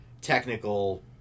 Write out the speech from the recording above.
technical